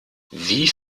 wie